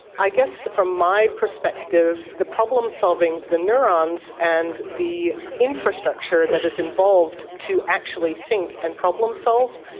i guess from my perspective, the problem-solving, the neurons and the infrastructure that is involved to actually think and problem-solve,